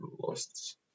lost